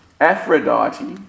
Aphrodite